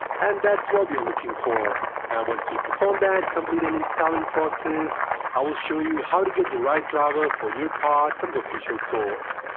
and that's what we looking for, and once we performed that complete uninstalling process i will show you how to get the right driver for your card from the official source.